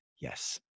yes